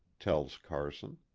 tells carson.